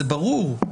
זה ברור.